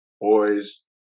boys